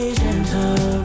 gentle